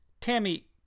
Tammy